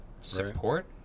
support